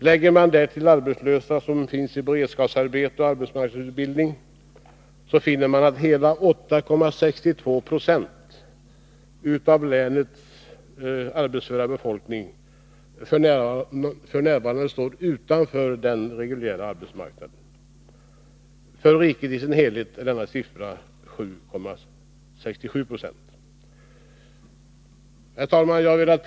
Lägger man därtill arbetslösa i beredskapsarbete och arbetsmarknadsutbildning, så finner man att hela 8,62 96 av länets arbetsföra befolkning står utanför den reguljära arbetsmarknaden. För riket i dess helhet är siffran 7,67 90. Herr talman!